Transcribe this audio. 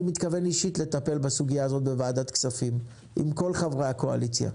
אני מתכוון אישית לטפל בסוגיה הזאת בוועדת הכספים עם כל חברי הקואליציה.